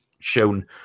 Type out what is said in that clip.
shown